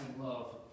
love